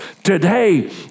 Today